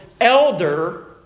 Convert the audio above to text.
elder